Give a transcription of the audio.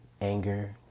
anger